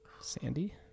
Sandy